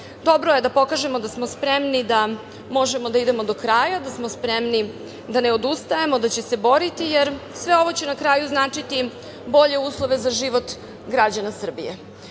Dobro je da pokažemo da smo spremni da možemo da idemo do kraja, da smo spremni da ne odustajemo, da ćemo se boriti, jer sve ovo će na kraju značiti bolje uslove za život građana Srbije. Sa